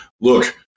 look